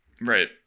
Right